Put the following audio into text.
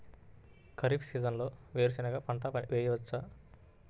ఖరీఫ్ సీజన్లో వేరు శెనగ పంట వేయచ్చా?